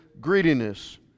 greediness